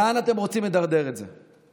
לאן אתם רוצים לדרדר את זה?